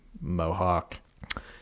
Mohawk